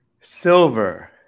Silver